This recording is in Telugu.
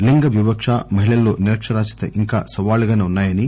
లీంగ వివక్ష మహిళల్లో నిరక్షరాస్యత ఇంకా సవాళ్లుగానే ఉన్నాయని